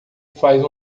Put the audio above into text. faz